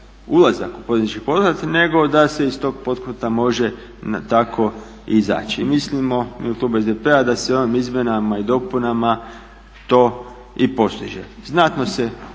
ulazak u poduzetnički pothvat nego da se iz tog pothvata može tako i izaći. Mislimo mi u klubu SDP-a da se ovim izmjenama i dopunama to i postiže. Znatno se